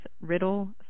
Riddle